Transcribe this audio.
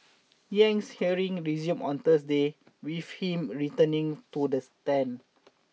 Yang's hearing resumes on Thursday with him returning to the stand